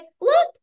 look